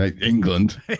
England